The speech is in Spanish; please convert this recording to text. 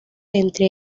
entre